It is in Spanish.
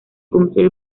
cumplir